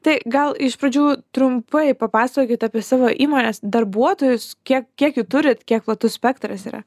tai gal iš pradžių trumpai papasakokit apie savo įmonės darbuotojus kiek kiek jų turit kiek platus spektras yra